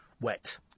wet